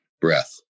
breath